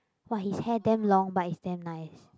!wah! his hair damn long but is damn nice